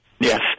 Yes